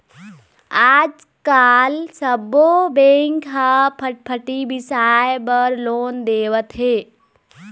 आजकाल सब्बो बेंक ह फटफटी बिसाए बर लोन देवत हे